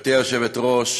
גברתי היושבת-ראש,